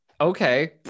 okay